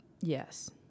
Yes